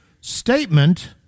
statement